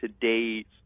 today's